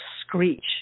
screech